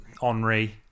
Henri